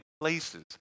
places